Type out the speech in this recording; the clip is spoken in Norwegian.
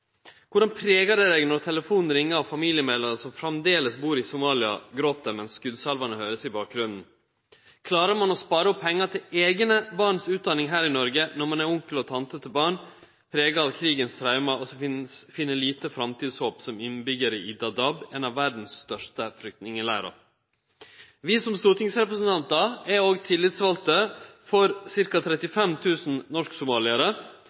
Korleis pregar det ein når telefonen ringjer og familiemedlemer som framleis bur i Somalia, græt mens skotsalvene høyrest i bakgrunnen? Klarar ein å spare opp pengar til utdanning til eigne barn her i Noreg når ein er onkel og tante til barn prega av krigstraume, og som finn lite framtidshåp – som innbyggjarar i Dadaab, ein av dei største flyktningleirane i verda? Vi som stortingsrepresentantar er òg tillitsvalde for